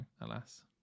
alas